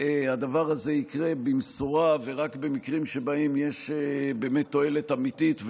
הדבר הזה יקרה במשורה ורק במקרים שבהם יש תועלת אמיתית,